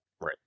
Right